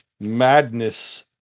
madness